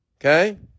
Okay